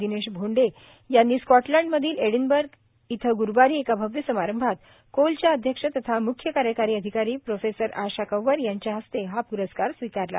दिनेश भोंडे यांनी स्कॉटलंडमधील एडिनबर्ग येथे ग्रुवारी एका भव्य समारंभात कोलच्या अध्यक्ष तथा म्ख्य कार्यकारी अधिकारी प्रोफेसर आशा कंवर यांच्या हस्ते हा प्रस्कार स्वीकारला